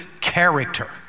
character